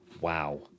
Wow